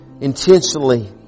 intentionally